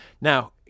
Now